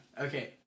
Okay